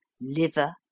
liver